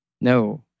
no